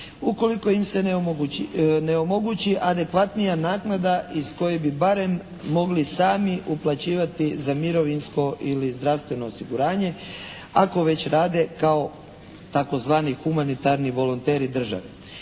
ukoliko im se ne omogući adekvatnija naknada iz koje bi barem mogli sami uplaćivati za mirovinsko ili zdravstveno osiguranje ako već rade kao tzv. humanitarni volonteri države.